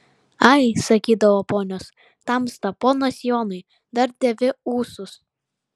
ai sakydavo ponios tamsta ponas jonai dar dėvi ūsus